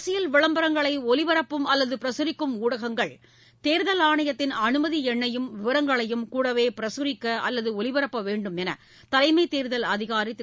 அரசியல் விளம்பரங்களை ஒலிபரப்பும் அல்லது பிரசுரிக்கும் ஊடகங்கள் தேர்தல் ஆணையத்தின் அனுமதி எண்ணையும் விவரங்களையும் கூடவே பிரகரிக்க அல்லது ஒலிபரப்பவோ வேண்டுமென்று தலைமைத் தேர்தல் அதிகாரி திரு